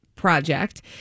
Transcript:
project